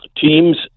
teams